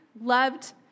loved